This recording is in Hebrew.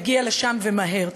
יגיע לשם ומהר.